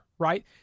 Right